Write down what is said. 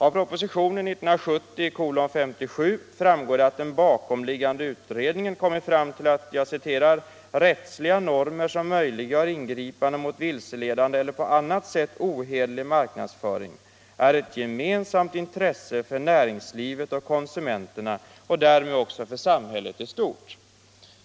Av propositionen 1970:57 framgår det att den bakomliggande utredningen kommit fram till att ”rättsliga normer som möjliggör ingripande mot vilseledande eller på annat sätt ohederlig marknadsföring är ett gemensamt intresse för näringslivet och konsumenterna och därmed också för samhället i stort”.